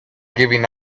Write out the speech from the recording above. giving